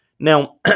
Now